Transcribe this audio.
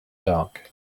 dark